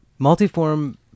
Multiform